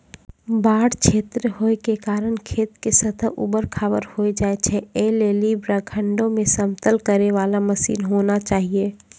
बाढ़ क्षेत्र होय के कारण खेत के सतह ऊबड़ खाबड़ होय जाए छैय, ऐ लेली प्रखंडों मे समतल करे वाला मसीन होना चाहिए?